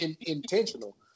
intentional